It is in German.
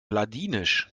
ladinisch